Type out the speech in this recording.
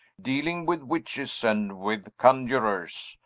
dealing with witches and with coniurers,